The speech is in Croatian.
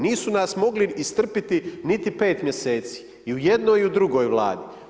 Nisu nas mogli istrpiti niti 5 mjeseci i u jednoj i u drugoj Vladi.